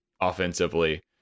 offensively